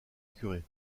curé